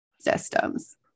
systems